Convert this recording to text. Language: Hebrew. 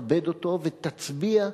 תכבד אותו ותצביע אחד-אחד.